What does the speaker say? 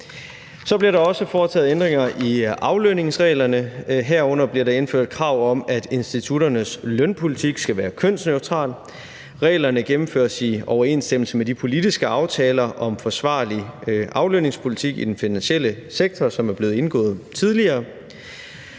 Så bliver der også foretaget ændringer i aflønningsreglerne, herunder bliver der indført krav om, at institutternes lønpolitik skal være kønsneutral. Reglerne gennemføres i overensstemmelse med de politiske aftaler om forsvarlig aflønningspolitik i den finansielle sektor, som er blevet indgået tidligere.